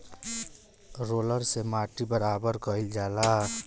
roller से माटी बराबर कइल जाला